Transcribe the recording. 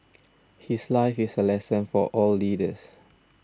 his life is a lesson for all leaders